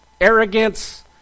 arrogance